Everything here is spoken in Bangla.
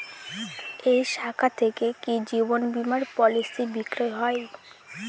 এই শাখা থেকে কি জীবন বীমার পলিসি বিক্রয় হয়?